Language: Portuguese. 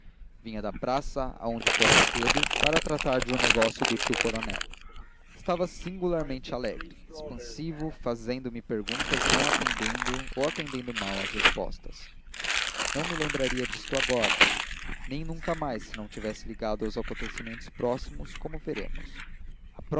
vinha da praça aonde fora cedo para tratar de um negócio do tio coronel estava singularmente alegre expansivo fazendo-me perguntas e não atendendo ou atendendo mal às respostas não me lembraria disto agora nem nunca mais se não se tivesse ligado aos acontecimentos próximos como veremos